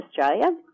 Australia